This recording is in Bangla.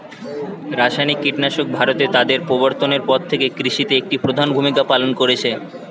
রাসায়নিক কীটনাশক ভারতে তাদের প্রবর্তনের পর থেকে কৃষিতে একটি প্রধান ভূমিকা পালন করেছে